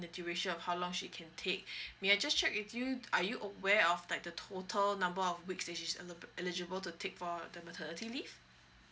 the duration of how long she can take may I just check with you are you aware of like the total number of weeks that is eli~ eligible to take for the maternity leave